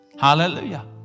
Hallelujah